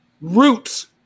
Roots